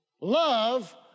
Love